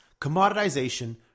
Commoditization